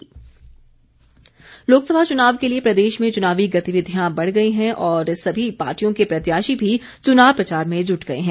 चुनाव प्रचार जयराम लोकसभा चुनाव के लिए प्रदेश में चुनावी गतिविधियां बढ़ गई हैं और सभी पार्टियों के प्रत्याशी भी चुनाव प्रचार में जुट गए हैं